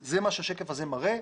זה מה שהשקף הזה מראה.